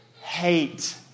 hate